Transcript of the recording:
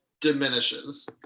diminishes